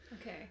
Okay